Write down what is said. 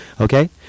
Okay